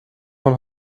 von